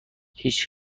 هیچ